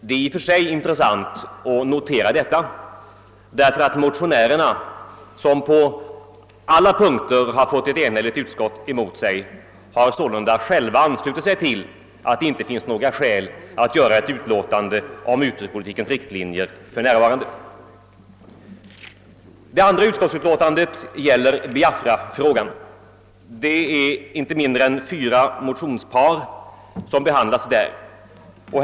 Det är i och för sig intressant att notera detta, därför att motionärerna — som på alla punkter har fått ett enhälligt utskott mot sig — själva har anslutit sig till uppfattningen att det för närvarande inte finns några skäl att avge en Det andra utlåtandet gäller Biafrafrågan, och inte mindre än tre motionspar behandlas i det.